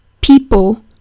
people